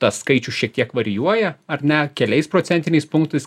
tą skaičių šiek tiek varijuoja ar ne keliais procentiniais punktais